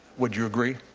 would you agree.